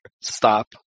Stop